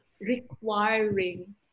requiring